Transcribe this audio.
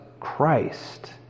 Christ